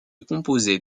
composait